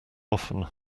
often